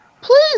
please